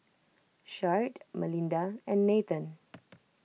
Sharde Melinda and Nathen